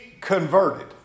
converted